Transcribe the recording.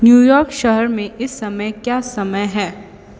new York शहर में इस समय क्या समय है